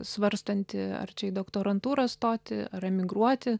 svarstanti ar čia į doktorantūrą stoti ar emigruoti